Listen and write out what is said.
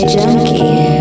Junkie